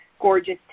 gorgeous